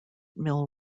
mill